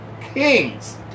Kings